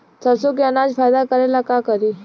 सरसो के अनाज फायदा करेला का करी?